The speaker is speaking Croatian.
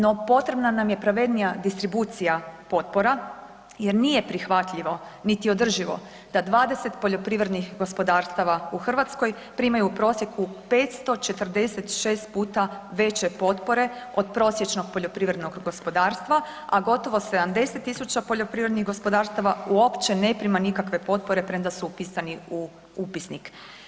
No, potrebna nam je pravednija distribucija potpora jer nije prihvatljivo, niti održivo da 20 poljoprivrednih gospodarstava u Hrvatskoj primaju u prosjeku 546 puta veće potpore od prosječnog poljoprivrednog gospodarstva, a gotovo 70 000 poljoprivrednih gospodarstava uopće ne prima nikakve potpore premda su upisani u upisnik.